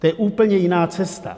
To je úplně jiná cesta.